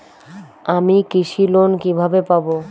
আমি কৃষি লোন কিভাবে পাবো?